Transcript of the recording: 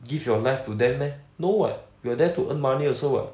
give your life to them meh no what you are there to earn money also what